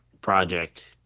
project